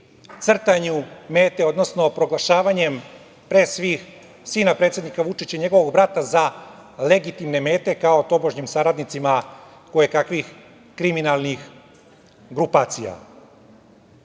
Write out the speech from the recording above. crtanju mete, odnosno proglašavanjem pre svih, sina predsednika Vučića i njegovog brata za legitimne mete, kao tobožnjim saradnicima kojekakvih kriminalnih grupacija. Bez